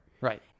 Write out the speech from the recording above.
Right